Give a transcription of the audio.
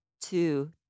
two